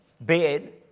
bed